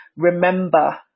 Remember